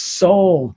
soul